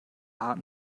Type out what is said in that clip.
harten